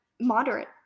moderate